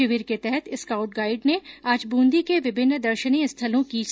शिविर के तहत स्काउड गाइड ने आज ब्रंदी के विभिन्न दर्शनीय स्थलों की सैर की